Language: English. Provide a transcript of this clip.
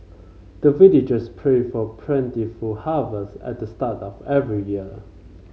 the villagers pray for plentiful harvest at the start of every year